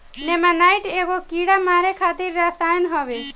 नेमानाइट एगो कीड़ा मारे खातिर रसायन होवे